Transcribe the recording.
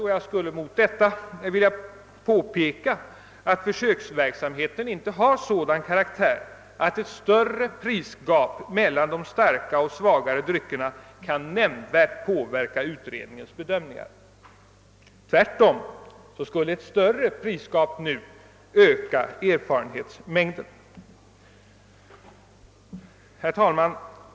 Men jag vill då påpeka att försöksverksamheten inte har sådan karaktär, att ett större prisgap mellan de starka och svagare dryckerna kan nämnvärt påverka utredningens bedömningar. Tvärtom skulle ett större prisgap nu öka erfarenhetsmängden. Herr talman!